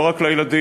לא רק לילדים,